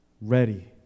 ready